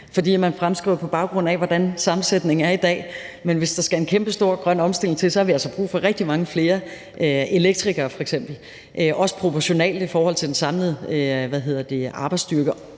man fremskriver, på baggrund af hvordan sammensætningen er i dag. Men hvis der skal en kæmpestor grøn omstilling til, har vi altså brug for rigtig mange flere elektrikere f.eks., også proportionelt i forhold til den samlede arbejdsstyrke.